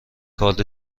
کارد